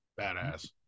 badass